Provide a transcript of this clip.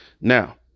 Now